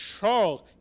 Charles